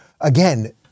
Again